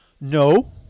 No